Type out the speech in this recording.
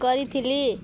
କରିଥିଲି